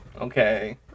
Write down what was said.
Okay